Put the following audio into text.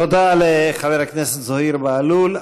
תודה לחבר הכנסת זוהיר בהלול.